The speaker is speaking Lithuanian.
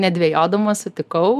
nedvejodama sutikau